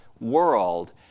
world